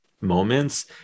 moments